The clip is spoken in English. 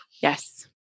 Yes